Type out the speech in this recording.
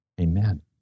amen